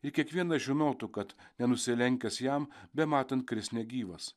i kiekvienas žinotų kad nenusilenkęs jam bematant kris negyvas